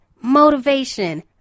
motivation